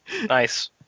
Nice